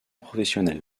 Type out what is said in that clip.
professionnel